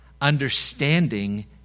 Understanding